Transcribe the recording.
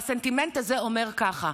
והסנטימנט הזה אומר ככה: